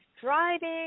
driving